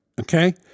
okay